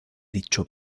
dicho